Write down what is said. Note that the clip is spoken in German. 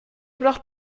braucht